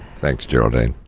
thanks, geraldine.